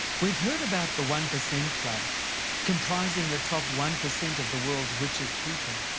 we've heard about the one percent club comprising the top one percent of the world's richest people.